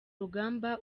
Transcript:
rugamba